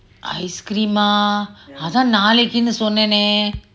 ice cream ah அதா நாளைக்கு னு சொன்னேனே:atha nalaikku nu sonnene